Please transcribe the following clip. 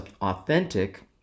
authentic